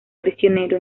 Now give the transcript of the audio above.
prisionero